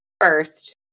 first